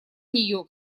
нее